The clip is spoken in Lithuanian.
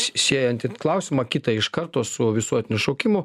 siejantį klausimą kitą iš karto su visuotiniu šaukimu